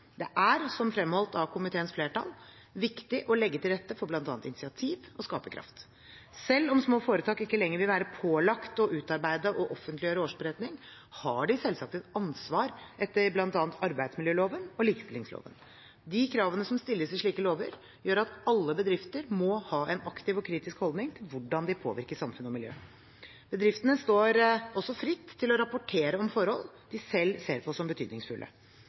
Det er, som fremholdt av komiteens flertall, viktig å legge til rette for bl.a. initiativ og skaperkraft. Selv om små foretak ikke lenger vil være pålagt å utarbeide og offentliggjøre årsberetning, har de selvsagt et ansvar etter bl.a. arbeidsmiljøloven og likestillingsloven. De kravene som stilles i slike lover, gjør at alle bedrifter må ha en aktiv og kritisk holdning til hvordan de påvirker samfunn og miljø. Bedriftene står også fritt til å rapportere om forhold de selv ser på som betydningsfulle.